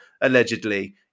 allegedly